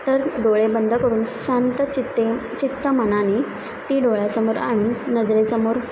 तर डोळे बंद करून शांत चित्ते चित्त म्हणा ती डोळ्यासमोर आणि नजरेसमोर